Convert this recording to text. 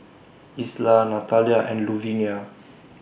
Isla Natalia and Luvinia